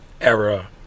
era